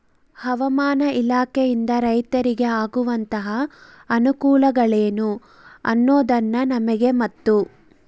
ಹವಾಮಾನ ಇಲಾಖೆಯಿಂದ ರೈತರಿಗೆ ಆಗುವಂತಹ ಅನುಕೂಲಗಳೇನು ಅನ್ನೋದನ್ನ ನಮಗೆ ಮತ್ತು?